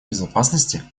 безопасности